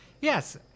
yes